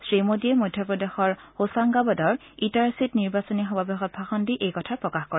শ্ৰীমোডীয়ে মধ্যপ্ৰদেশৰ হোছাংগাবাদৰ ইটাৰ্চিত নিৰ্বাচনী সমাৱেশত ভাষণ দি এই কথা প্ৰকাশ কৰে